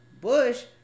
Bush